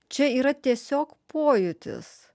čia yra tiesiog pojūtis